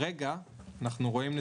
וכרגע אנחנו רואים -- אני שואל על עכשיו.